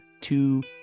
two